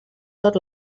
tot